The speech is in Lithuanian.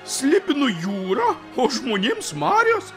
slibinui jūra o žmonėms marios